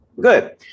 good